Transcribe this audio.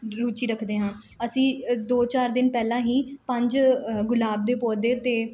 ਰੁਚੀ ਰੱਖਦੇ ਹਾਂ ਅਸੀਂ ਦੋ ਚਾਰ ਦਿਨ ਪਹਿਲਾਂ ਹੀ ਪੰਜ ਗੁਲਾਬ ਦੇ ਪੌਦੇ ਅਤੇ